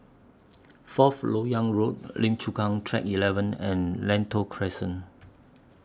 Fourth Lok Yang Road Lim Chu Kang Track eleven and Lentor Crescent